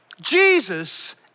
Jesus